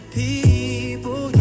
people